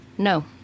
No